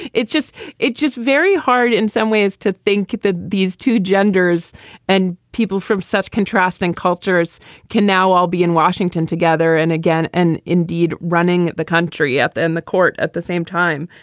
it's just it's just very hard in some ways to think these two genders and people from such contrasting cultures can now i'll be in washington together and again and indeed running the country up and the court at the same time.